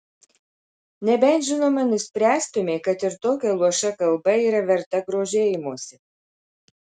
nebent žinoma nuspręstumei kad ir tokia luoša kalba yra verta grožėjimosi